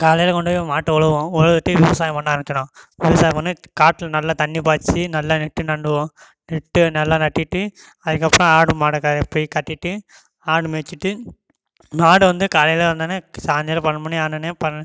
காலையில் கொண்டு போய் மாட்டை ஒழவுவோம் ஒழவ விட்டு விவசாயம் பண்ண ஆரம்பித்திடுவோம் விவசாயம் பண்ண காட்டில் நல்லா தண்ணி பாய்ச்சி நல்ல நெட்டு நண்டுவோம் நெட்டு நல்லா நட்டுட்டு அதுக்கப்பறம் ஆடு மாடை க போய் கட்டிட்டு ஆடு மேய்ச்சிட்டு ஆடை வந்து காலையில் வந்தோடனே சாய்ந்தரம் பன்னெண்டு மணி ஆனோடனே பன்